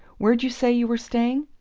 where'd you say you were staying?